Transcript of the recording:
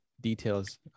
details